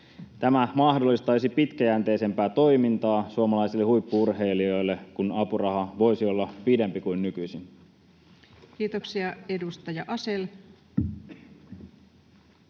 Tämä mahdollistaisi pitkäjänteisempää toimintaa suomalaisille huippu-urheilijoille, kun apuraha voisi olla pidempi kuin nykyisin. Kiitoksia. — Edustaja Asell.